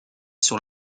sur